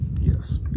Yes